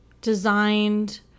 designed